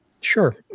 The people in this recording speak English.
Sure